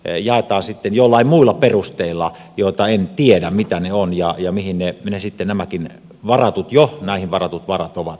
jaetaan joillain muilla perusteilla joista en tiedä mitä ne ovat ja mihin sitten näihin varatut varat ovatkaan jo menneet